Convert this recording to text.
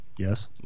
Yes